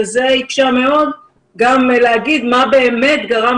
וזה הקשה מאוד גם להגיד מה באמת גרם